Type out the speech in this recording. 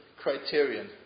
criterion